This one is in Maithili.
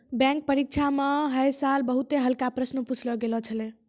बैंक परीक्षा म है साल बहुते हल्का प्रश्न पुछलो गेल छलै